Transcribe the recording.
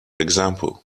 example